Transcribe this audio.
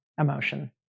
emotion